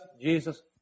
Jesus